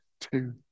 two